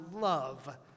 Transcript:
love